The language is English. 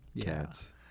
cats